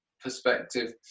perspective